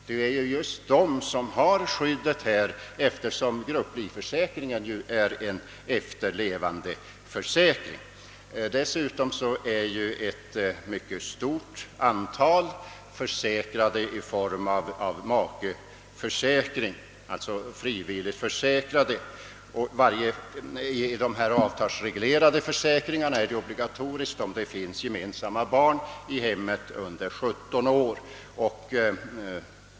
Det är just de som har skyddet, eftersom grupplivförsäkringen är en efterlevandeförsäkring. Dessutom är ett mycket stort antal försäkrade genom makeförsäkring, alltså frivilligförsäkrade. När det gäller de avtalsreglerade försäkringarna är skyddet obligatoriskt, om det finns gemensamt hemmaboende barn under 17 år.